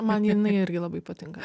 man jinai irgi labai patinka